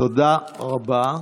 תודה רבה.